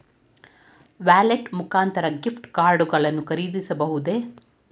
Wallet ಮುಖಾಂತರ gift card ಗಳನ್ನು ಖರೀದಿಸಬಹುದೇ?